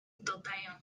dodaję